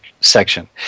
section